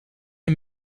een